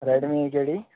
Redmi कहिड़ी